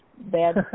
Bad